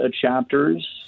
Chapters